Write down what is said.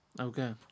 Okay